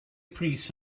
pris